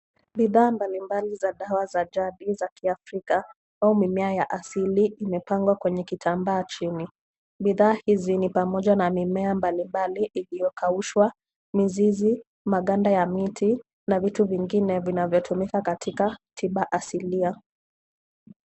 Bidhaa mbalimbali za dawa za jadi za Kiafrika au mimea ya asili imepangwa kwenye kitambaa chini. Bidhaa hizi ni pamoja na mimea mbalimbali iliyokaushwa, mizizi, maganda ya miti, na vitu vingine vinavyotumika katika tiba asilia.